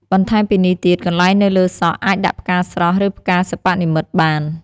បន្តែមពីនេះទៀតកន្លែងនៅលើសក់អាចដាក់ផ្កាស្រស់ឬផ្កាសិប្បនិម្មិតបាន។